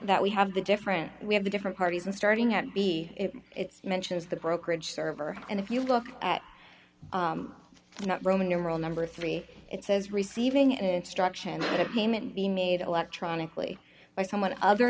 that we have the different we have the different parties and starting at b it's mentions the brokerage server and if you look at not roman numeral number three it says receiving instruction in a payment being made electronically by someone other